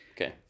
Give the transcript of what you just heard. Okay